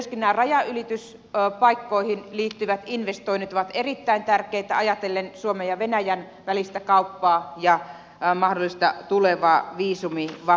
myöskin nämä rajanylityspaikkoihin liittyvät investoinnit ovat erittäin tärkeitä ajatellen suomen ja venäjän välistä kauppaa ja mahdollista tulevaa viisumivapautta